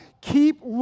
keep